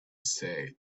said